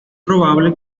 probable